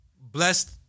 blessed